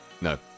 no